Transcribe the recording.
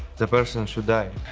the person should die.